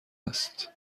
است